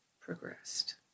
progressed